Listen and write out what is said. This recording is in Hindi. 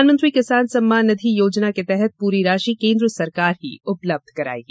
प्रधानमंत्री किसान सम्मान निधि योजना के तहत पूरी राशि केंद्र सरकार ही उपलब्ध करायेगी